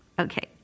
Okay